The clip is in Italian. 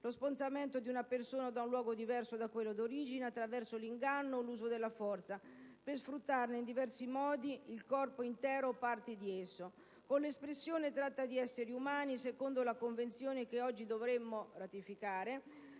lo spostamento di una persona da un luogo diverso da quello di origine attraverso l'inganno o l'uso della forza per sfruttarne in diversi modi il corpo intero o parti di esso. Con l'espressione «tratta degli esseri umani», secondo la Convenzione che oggi dovremmo ratificare